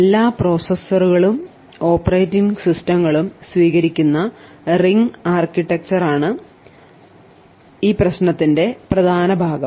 എല്ലാ പ്രോസസ്സറുകളും ഓപ്പറേറ്റിംഗ് സിസ്റ്റങ്ങളും സ്വീകരിക്കുന്ന റിംഗ് ആർക്കിടെക്ചറാണ് പ്രശ്നത്തിന്റെ പ്രധാന ഭാഗം